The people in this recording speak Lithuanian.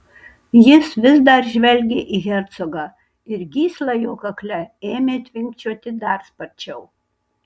jis vis dar žvelgė į hercogą ir gysla jo kakle ėmė tvinkčioti dar sparčiau